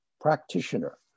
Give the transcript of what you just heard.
practitioner